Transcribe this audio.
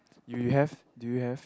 you have do you have